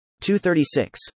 236